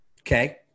Okay